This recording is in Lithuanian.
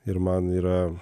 ir man yra